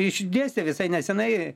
išdėstė visai neseniai